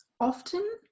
often